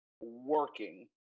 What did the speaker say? working